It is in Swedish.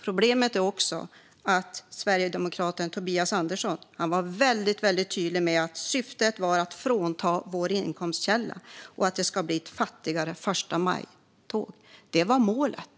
Problemet är också att sverigedemokraten Tobias Andersson var väldigt tydlig med att syftet var att man skulle frånta oss vår inkomstkälla och att det skulle bli ett fattigare förstamajtåg. Det var målet.